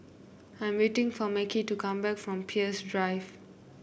I'm waiting for Mekhi to come back from Peirce Drive